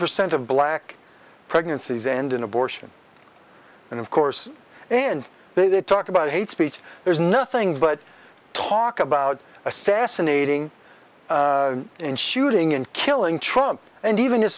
percent of black pregnancies and an abortion and of course and they talk about hate speech there's nothing but talk about assassinating and shooting and killing trump and even his